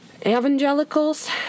evangelicals